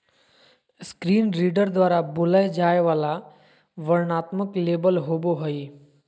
screen reader द्वारा बोलय जाय वला वर्णनात्मक लेबल होबो हइ